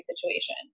situation